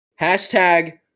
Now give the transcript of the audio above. hashtag